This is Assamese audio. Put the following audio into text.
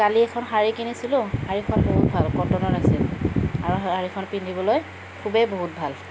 কালি এখন শাড়ী কিনিছিলোঁ শাড়ীখন বহুত ভাল কটনৰ আছিল আৰু শাড়ীখন পিন্ধিবলৈ খুবেই বহুত ভাল